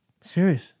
Serious